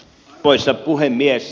arvoisa puhemies